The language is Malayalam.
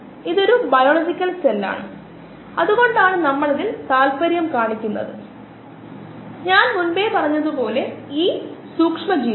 അതിനാൽ നമ്മൾ ഈ ബോണ്ടുകളെ അന്നജത്തിൽ നിന്ന് തകർക്കുകയാണെങ്കിൽ നമുക്ക് കോശങ്ങൾക്ക് ഗ്ലൂക്കോസ് ലഭിക്കും അന്നജം ധാരാളമായി കാണപ്പെടുന്നു അതിനാൽ ഇത് വിലകുറഞ്ഞതിനാൽ അന്നജം കോശങ്ങൾക്ക് ഗ്ലൂക്കോസിന്റെ ഉറവിടമാകാം